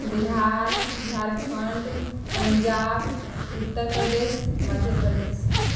Bihar Jharkhand Punjab Uttar Pradesh Madhya Pradesh